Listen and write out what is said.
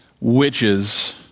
witches